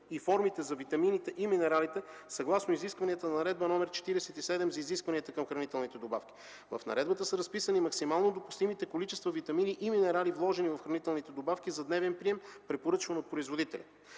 и формите за витамините и минералите съгласно изискванията на Наредба № 47 за изискванията към хранителните добавки. В наредбата са разписани максимално допустимите количества витамини и минерали, вложени в хранителните добавки за дневен прием, препоръчван от производителя.